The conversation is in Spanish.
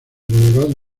bodegones